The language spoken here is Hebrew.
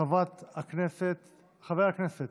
חבר הכנסת מלכיאלי, אינו נוכח, חבר הכנסת